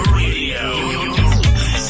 radio